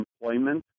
employment